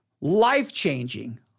life-changing